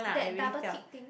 that double tick thing